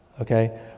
Okay